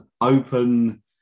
open